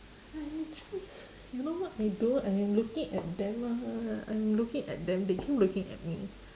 I am just you know what I do I am looking at them ah I am looking at them they keep looking at me